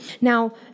Now